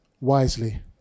wisely